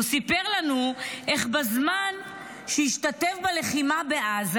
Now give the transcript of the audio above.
הוא סיפר לנו איך בזמן שהשתתף בלחימה בעזה,